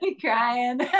crying